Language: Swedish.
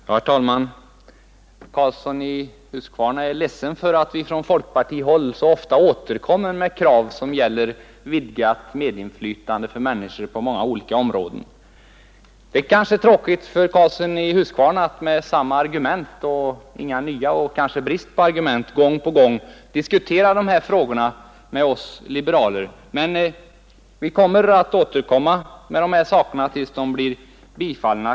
Herr talman! Herr Karlsson i Huskvarna är ledsen över att vi från folkpartihåll så ofta kommer med krav som gäller vidgat medinflytande för människor på många olika områden. Det är kanske tråkigt för herr Karlsson att med samma argument och inga nya — eller kanske utan argument — gång på gång diskutera dessa frågor med oss liberaler, men vi ämnar återkomma med dessa motioner till dess de blir bifallna.